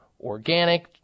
organic